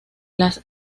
las